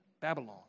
Babylon